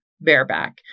bareback